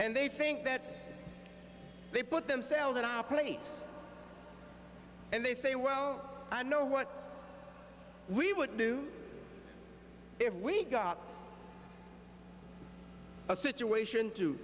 and they think that they put themselves in our plates and they say well i know what we would do if we got a situation to